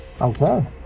Okay